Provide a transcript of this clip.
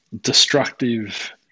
destructive